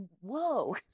whoa